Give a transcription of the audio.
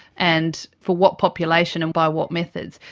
and for what population and by what methods.